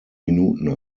minuten